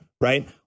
right